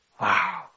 Wow